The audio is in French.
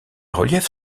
reliefs